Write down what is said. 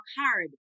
hard